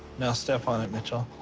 now step on it, mitchell.